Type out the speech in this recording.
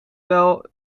wel